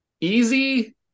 easy